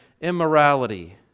immorality